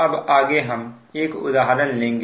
अब आगे हम एक उदाहरण लेंगे